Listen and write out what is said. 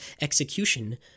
execution